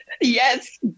Yes